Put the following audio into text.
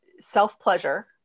self-pleasure